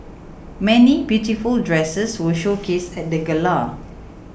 many beautiful dresses were showcased at the gala